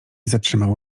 zatrzymał